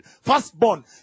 firstborn